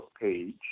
page